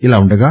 ఇలా ఉండగా